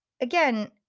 again